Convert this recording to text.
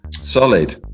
Solid